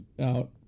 out